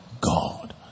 God